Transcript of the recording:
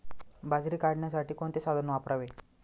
बाजरी काढण्यासाठी कोणते साधन वापरावे?